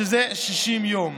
60 יום.